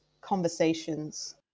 conversations